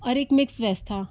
और एक mix veg था